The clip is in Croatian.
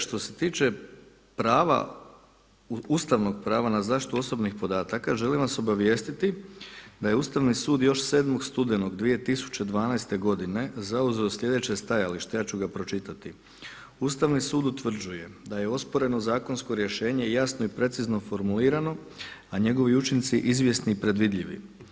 Što se tiče prava, ustavnog prava na zaštitu osobnih podataka želim vas obavijestiti da je Ustavni sud još 7. studenog 2012. godine zauzeo sljedeće stajalište, ja ću ga pročitati: „Ustavni sud utvrđuje da je osporeno zakonsko rješenje jasno i precizno formulirano a njegovi učinci izvjesni i predvidljivi.